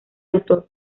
autor